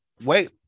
wait